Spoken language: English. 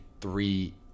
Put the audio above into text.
three